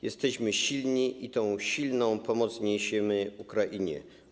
Jesteśmy silni i tę silną pomoc niesiemy Ukrainie.